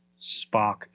Spock